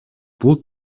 бул